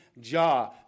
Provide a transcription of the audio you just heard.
Jah